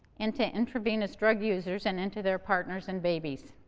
into intravenous drug users and into their partners and babies.